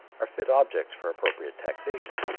are fit objects for appropriate taxation.